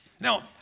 Now